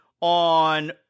on